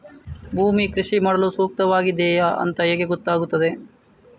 ಭೂಮಿ ಕೃಷಿ ಮಾಡಲು ಸೂಕ್ತವಾಗಿದೆಯಾ ಅಂತ ಹೇಗೆ ಗೊತ್ತಾಗುತ್ತದೆ?